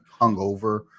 hungover